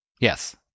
Yes